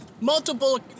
Multiple